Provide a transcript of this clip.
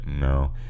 No